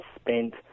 spent